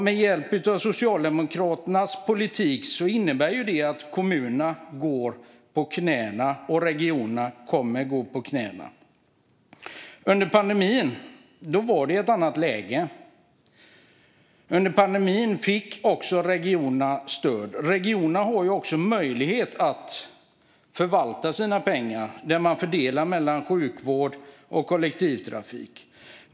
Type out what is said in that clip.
Med hjälp av Socialdemokraternas politik innebär det att kommunerna går på knäna och att regionerna kommer att gå på knäna. Under pandemin var det ett annat läge. Då fick regionerna stöd. Regionerna har också möjlighet att förvalta sina pengar och fördela dem mellan sjukvård och kollektivtrafik.